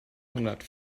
hundert